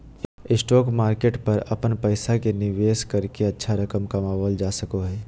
stock market पर अपन पैसा के निवेश करके अच्छा रकम कमावल जा सको हइ